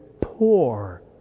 poor